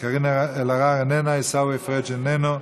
קארין אלהרר, איננה, עיסאווי פריג' איננו,